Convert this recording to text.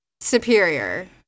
Superior